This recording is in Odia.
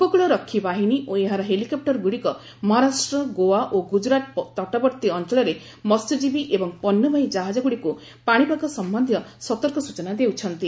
ଉପକୂଳରକ୍ଷୀ ବାହିନୀ ଓ ଏହାର ହେଲିକପ୍ଟରଗୁଡ଼ିକ ମହାରାଷ୍ଟ୍ର ଗୋଆ ଓ ଗୁଜରାଟ ତଟବର୍ତୀ ଅଂଚଳରେ ମହ୍ୟଜୀବୀ ଏବଂ ପଣ୍ୟବାହୀ ଜାହାଜଗୁଡ଼ିକୁ ପାଣିପାଗ ସମ୍ଭନ୍ଧୀୟ ସତର୍କ ସୂଚନା ଦେଉଛନ୍ତି